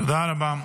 תודה רבה.